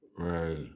Right